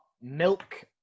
milk